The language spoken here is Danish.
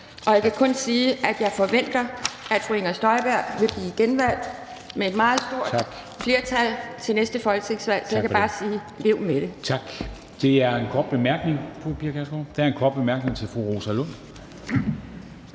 jeg kan kun sige, at jeg forventer, at fru Inger Støjberg vil blive genvalgt med et meget stort flertal til næste folketingsvalg. Så jeg kan bare sige: Lev med det.